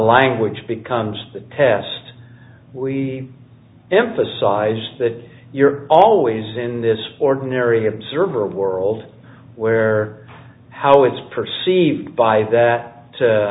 language becomes the test we emphasize that you're always in this ordinary observer world where how it's perceived by that